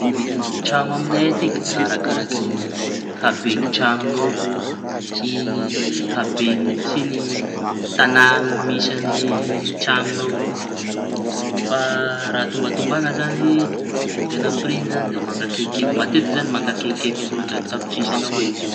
Ny vidin'ñy traño aminay atiky, da arakaraky ny habeñy traño avao, ny habeny sy tañàna misy añazy.